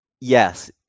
Yes